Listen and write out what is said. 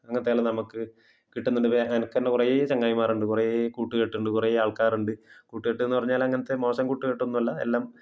അങ്ങനത്തെയെല്ലാം നമുക്ക് കിട്ടുന്നുണ്ട് എനിക്ക് തന്നെ കുറേ ചങ്ങാതിമാറുണ്ട് കുറേ കൂട്ടു കെട്ടുണ്ട് കുറേ ആൾക്കാറുണ്ട് കൂട്ടു കെട്ടെന്ന് പറഞ്ഞാൽ അങ്ങനത്തെ മോശം കൂട്ടുകെട്ട് ഒന്നും അല്ല എല്ലാം